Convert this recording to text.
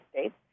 States